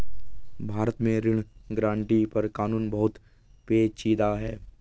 भारत में ऋण गारंटी पर कानून बहुत पेचीदा है